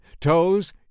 Toes